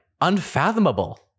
unfathomable